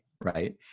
Right